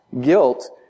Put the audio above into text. Guilt